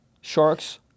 Sharks